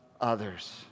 others